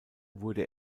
wurde